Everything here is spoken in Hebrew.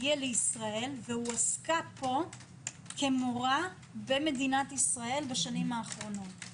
הגיעה לישראל והועסקה פה כמורה במדינת ישראל בשנים האחרונות.